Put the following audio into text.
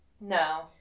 No